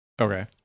Okay